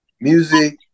music